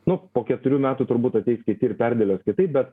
nu po keturių metų turbūt ateis kiti ir perdėlios kitaip bet